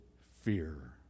fear